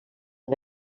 una